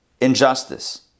injustice